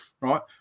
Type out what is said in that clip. right